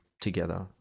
together